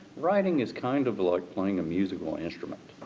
writing is kind of like playing a musical instrument.